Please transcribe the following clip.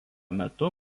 metu